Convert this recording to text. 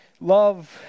love